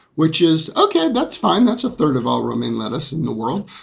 which is okay, that's fine. that's a third of all romaine lettuce in the world.